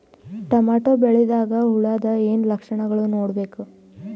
Tomato ಬೆಳಿದಾಗ್ ಹುಳದ ಏನ್ ಲಕ್ಷಣಗಳು ನೋಡ್ಬೇಕು?